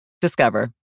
Discover